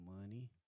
money